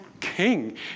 king